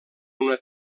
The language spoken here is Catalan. una